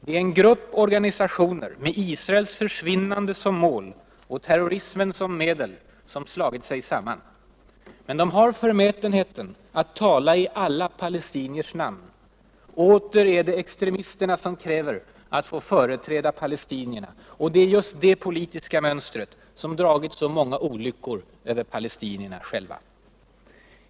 Det är en grupp organisationer — med Israels försvinnande som mål och terrorismen som medel — som slagit sig samman. Men de har förmätenheten att tala i alla palestiniers namn. Åter är det extremisterna som kräver att få företräda palestinierna. Det är just det politiska mönstret som dragit så många olyckor över palestinierna själva.